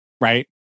Right